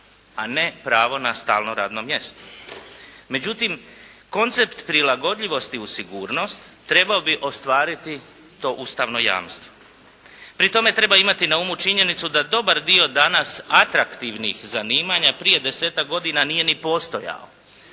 a ne pravo na stalno radno mjesto. Međutim koncept prilagodljivosti u sigurnost trebao bi ostvariti to ustavno jamstvo. Pri tome treba imati na umu činjenicu da dobar dio danas atraktivnih zanimanja prije desetak godina nije ni postojao,